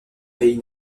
pays